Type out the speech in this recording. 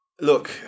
Look